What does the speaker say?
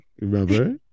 Remember